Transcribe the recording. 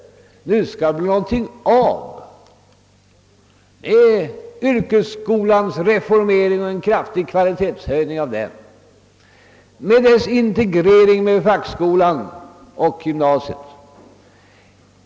Nu skall det bli någonting av! Vad det gäller är yrkesskolans reformering och en kraftig kvalitetshöjning av den vid dess integrering med fackskolan och gymnasiet.